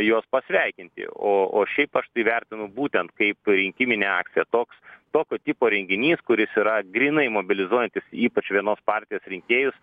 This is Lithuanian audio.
juos pasveikinti o o šiaip aš tai vertinu būtent kaip rinkiminę akciją toks tokio tipo renginys kuris yra grynai mobilizuojantis ypač vienos partijos rinkėjus